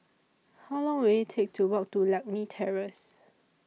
How Long Will IT Take to Walk to Lakme Terrace